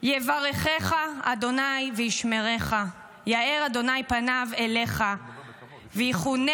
"יברך ה' וישמרך, יאר ה' פניו אליך ויחונך,